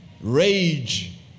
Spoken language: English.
rage